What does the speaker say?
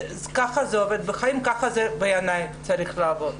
בחיים כך זה בעיני צריך לעבוד.